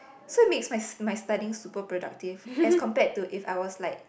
so it makes my my studying super productive as compared to if I was like